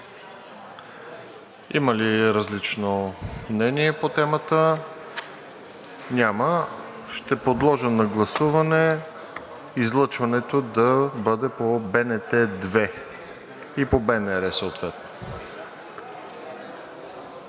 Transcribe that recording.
Има ли различно мнение по темата? Няма. Ще подложа на гласуване излъчването да бъде по БНТ 2 и по БНР съответно.